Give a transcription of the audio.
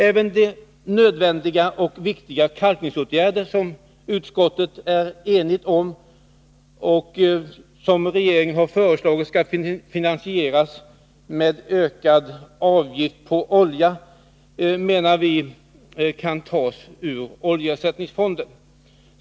Även de nödvändiga och viktiga kalkningsåtgärder som utskottet är enigt om har regeringen föreslagit skall finansieras genom ökad avgift på olja. Vi menar att pengarna kan tas ut ur oljeersättningsfonden.